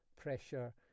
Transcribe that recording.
pressure